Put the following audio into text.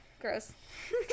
gross